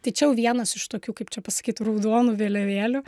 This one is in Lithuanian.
tačiau vienas iš tokių kaip čia pasakyt tų raudonų vėliavėlių